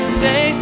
say